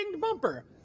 bumper